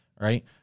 Right